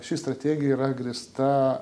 ši strategija yra grįsta